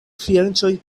fianĉoj